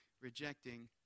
rejecting